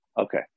Okay